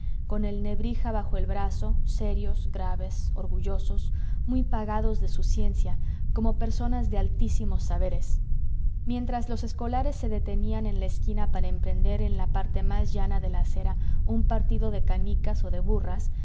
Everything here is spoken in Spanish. con el nebrija bajo el brazo serios graves orgullosos muy pagados de su ciencia como personas de altísimos saberes mientras los escolares se detenían en la esquina para emprender en la parte más llana de la acera un partido de canicas o de burras